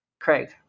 Craig